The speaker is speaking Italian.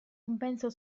compenso